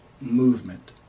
Movement